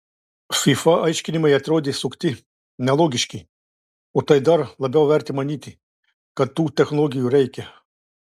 fifa aiškinimai atrodė sukti nelogiški o tai dar labiau vertė manyti kad tų technologijų reikia